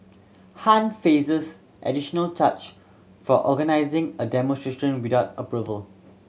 Han faces additional charge for organising a demonstration without approval